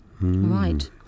Right